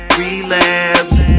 relapse